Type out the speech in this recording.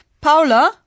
Paula